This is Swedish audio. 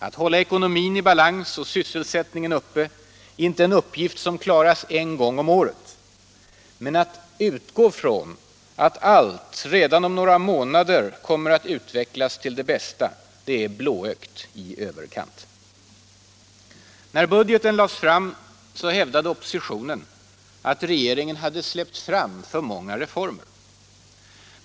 Att hålla ekonomin i balans och sysselsättningen uppe är inte en uppgift som klaras en gång om året. Men att utgå ifrån att allt redan om några månader kommer att utvecklas till det bästa är blåögt i överkant. När budgeten lades fram hävdade oppositionen att regeringen hade släppt fram för många reformer.